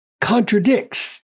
contradicts